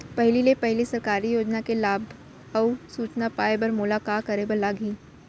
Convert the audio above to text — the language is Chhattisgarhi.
पहिले ले पहिली सरकारी योजना के लाभ अऊ सूचना पाए बर मोला का करे बर लागही?